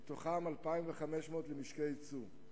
ומתוכם 2,500 למשקי יצוא.